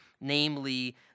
namely